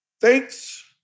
Thanks